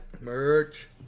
merch